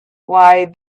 why